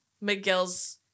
Miguel's